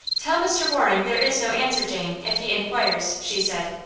tell mr. waring there is no answer, jane, if he inquires, she said.